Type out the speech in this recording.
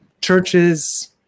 churches